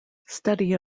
study